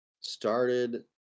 started